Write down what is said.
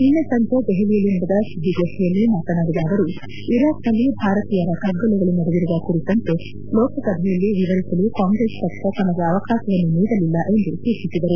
ನಿನ್ನೆ ಸಂಜೆ ದೆಹಲಿಯಲ್ಲಿ ನಡೆದ ಸುದ್ದಿಗೋಷ್ಟಿಯಲ್ಲಿ ಮಾತನಾಡಿದ ಅವರು ಇರಾಕ್ನಲ್ಲಿ ಭಾರತೀಯರ ಕಗ್ಗೊಲೆಗಳು ನಡೆದಿರುವ ಕುರಿತಂತೆ ಲೋಕಸಭೆಯಲ್ಲಿ ವಿವರಿಸಲು ಕಾಂಗ್ರೆಸ್ ಪಕ್ಷ ತಮಗೆ ಅವಕಾಶವನ್ನು ನೀಡಲಿಲ್ಲ ಎಂದು ಟೀಕಿಸಿದರು